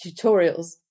tutorials